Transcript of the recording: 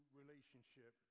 relationship